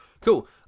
Cool